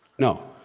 no!